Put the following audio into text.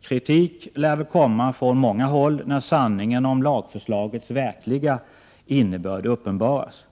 Kritik lär väl komma från många håll när sanningen om lagförslagets verkliga innebörd uppenbaras.